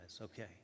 okay